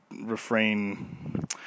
refrain